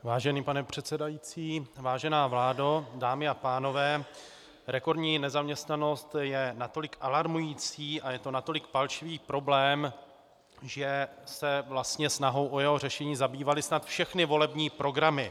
Vážený pane předsedající, vážená vládo, dámy a pánové, rekordní nezaměstnanost je natolik alarmující a je to natolik palčivý problém, že se vlastně snahou o jeho řešení zabývaly snad všechny volební programy.